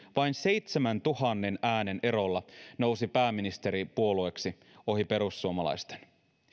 vain seitsemäntuhannen äänen erolla nousi pääministeripuolueeksi ohi perussuomalaisten